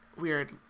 weird